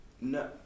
No